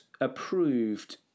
approved